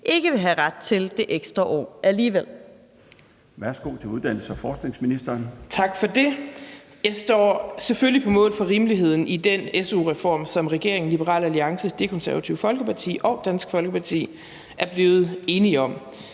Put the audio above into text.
ikke vil have ret til det ekstra år alligevel?